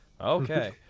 Okay